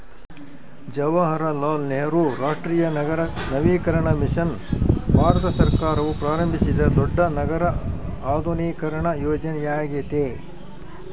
ಜವಾಹರಲಾಲ್ ನೆಹರು ರಾಷ್ಟ್ರೀಯ ನಗರ ನವೀಕರಣ ಮಿಷನ್ ಭಾರತ ಸರ್ಕಾರವು ಪ್ರಾರಂಭಿಸಿದ ದೊಡ್ಡ ನಗರ ಆಧುನೀಕರಣ ಯೋಜನೆಯ್ಯಾಗೆತೆ